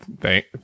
Thank